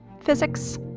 physics